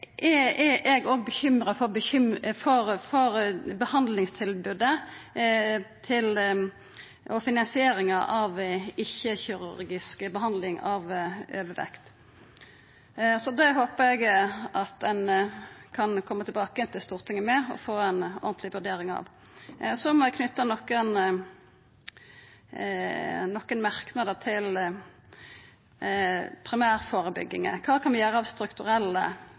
er eg òg bekymra for behandlingstilbodet og finansieringa av ikkje-kirurgisk behandling av overvekt. Det håper eg at ein kan koma tilbake til Stortinget med og få ei ordentleg vurdering av. Så må eg knyta nokre merknader til primærførebygginga. Kva kan vi gjera av strukturelle